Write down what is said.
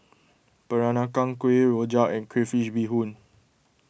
Peranakan Kueh Rrojak and Crayfish BeeHoon